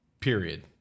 period